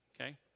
okay